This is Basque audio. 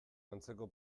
antzeko